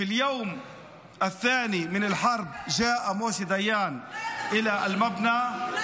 ביום השני למלחמה הגיע משה דיין למבנה --)